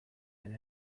and